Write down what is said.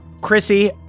Chrissy